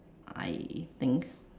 I think